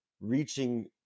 reaching